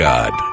God